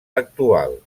actual